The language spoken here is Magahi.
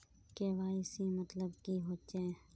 के.वाई.सी मतलब की होचए?